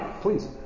Please